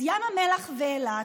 אז ים המלח ואילת,